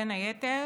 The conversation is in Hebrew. בין היתר